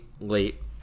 late